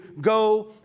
go